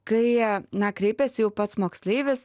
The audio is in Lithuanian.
kai na kreipiasi jau pats moksleivis